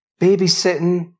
babysitting